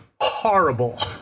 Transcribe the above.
horrible